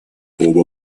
оба